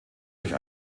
durch